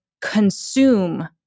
consume